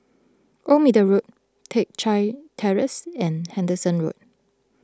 Old Middle Road Teck Chye Terrace and Henderson Road